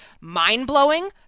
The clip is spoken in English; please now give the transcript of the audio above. mind-blowing